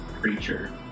creature